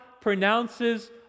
pronounces